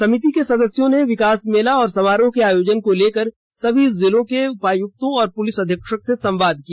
समिति के सदस्यों ने विकास मेला और समारोह के आयोजन को लेकर सभी जिलों के उपायुक्त और पुलिस अधीक्षक से संवाद किया